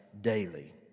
daily